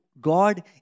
God